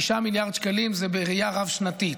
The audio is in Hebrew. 6 מיליארד שקלים זה בראייה רב שנתית.